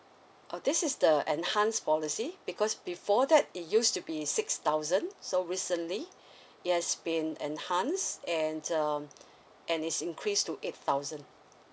oh this is the enhanced policy because before that it used to be six thousand so recently it has been enhanced and um and it's increased to eight thousand